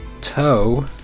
toe